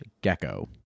gecko